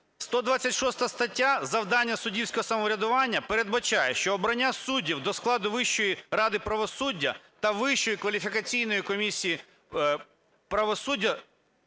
126 стаття, завдання суддівського самоврядування, передбачає, що обрання суддів до складу Вищої ради правосуддя та Вищої кваліфікаційної комісії суддів…